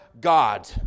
God